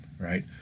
right